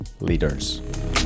leaders